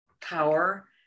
power